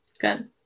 Good